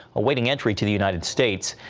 awaiting entry to the united states.